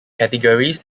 categories